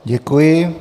Děkuji.